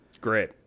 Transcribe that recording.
great